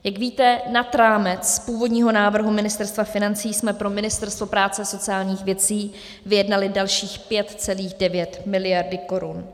Jak víte, nad rámec původního návrhu Ministerstva financí jsme pro Ministerstvo práce a sociálních věcí vyjednali dalších 5,9 mld. Kč.